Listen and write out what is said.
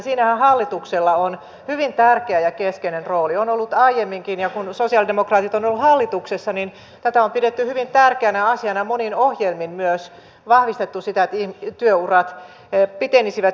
siinähän hallituksella on hyvin tärkeä ja keskeinen rooli on ollut aiemminkin ja kun sosialidemokraatit ovat olleet hallituksessa niin tätä on pidetty hyvin tärkeänä asiana ja monin ohjelmin myös vahvistettu sitä että ihmisten työurat pitenisivät